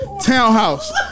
Townhouse